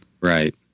Right